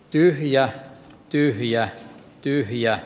tyhjää tyhjää tyhjää